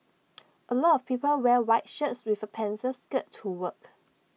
A lot of people wear white shirts with A pencil skirt to work